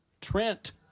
Trent